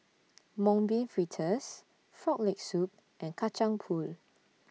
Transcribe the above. Mung Bean Fritters Frog Leg Soup and Kacang Pool